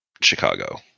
Chicago